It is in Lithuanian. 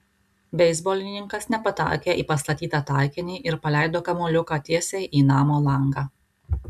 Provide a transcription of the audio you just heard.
beisbolininkas nepataikė į pastatytą taikinį ir paleido kamuoliuką tiesiai į namo langą